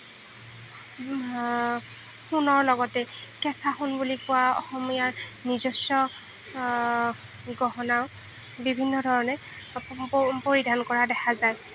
সোণৰ লগতে কেঁচা সোণ বুলি কোৱা অসমীয়াৰ নিজস্ব গহনাও বিভিন্ন ধৰণে পৰিধান কৰা দেখা যায়